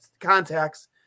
contacts